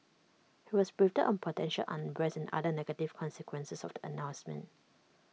he was briefed on potential unrest and other negative consequences of the announcement